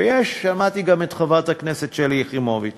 ויש, שמעתי גם את חברת הכנסת שלי יחימוביץ